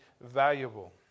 valuable